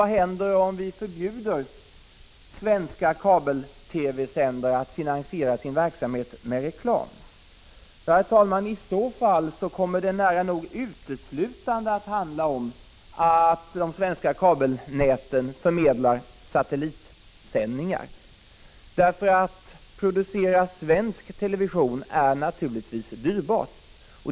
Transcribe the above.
Vad händer om vi förbjuder svenska kabel-TV-sändare att finansiera sin verksamhet med reklam? I så fall kommer det nära nog uteslutande att handla om att de svenska TV-kabelnäten förmedlar satellitsändningar. Att producera svensk television är naturligtvis dyrbart.